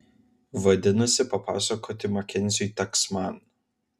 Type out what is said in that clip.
vadinasi papasakoti makenziui teks man